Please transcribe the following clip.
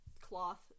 cloth